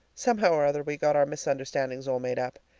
somehow or other we got our misunderstandings all made up.